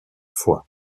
fois